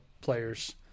players